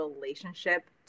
relationship